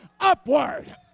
upward